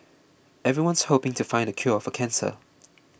everyone's hoping to find the cure for cancer